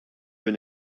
been